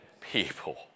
people